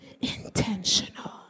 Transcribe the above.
intentional